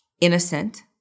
innocent